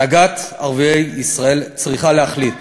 הנהגת ערביי ישראל צריכה להחליט.